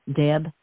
Deb